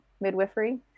midwifery